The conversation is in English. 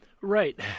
Right